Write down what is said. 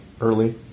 early